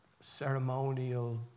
ceremonial